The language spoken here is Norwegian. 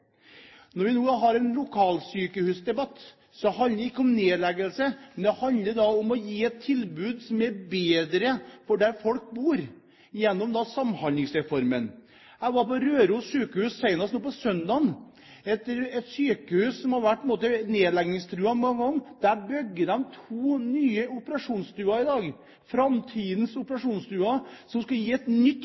Når vi nå har en lokalsykehusdebatt, handler det ikke om nedleggelse, men det handler om å gi et tilbud som er bedre for folk der de bor, gjennom Samhandlingsreformen. Jeg var på Røros sykehus senest på søndag, et sykehus som har vært nedleggingstruet mange ganger. Der bygger de i dag to nye operasjonsstuer, framtidens operasjonsstuer, som skal gi et nytt